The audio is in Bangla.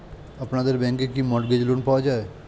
আপনাদের ব্যাংকে কি মর্টগেজ লোন পাওয়া যায়?